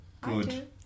Good